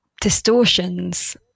distortions